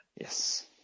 Yes